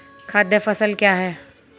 खाद्य फसल क्या है?